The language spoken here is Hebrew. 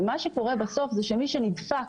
מה שקורה בסוף הוא שמי שנדפק